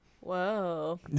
Whoa